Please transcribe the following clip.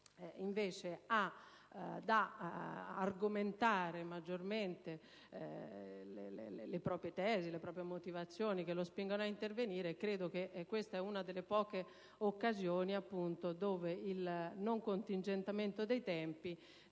se occorre argomentare maggiormente le proprie tesi e vi sono motivazioni che spingono ad intervenire, credo che questa sia una delle poche occasioni dove il non contingentamento dei tempi